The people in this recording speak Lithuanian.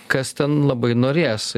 kas ten labai norės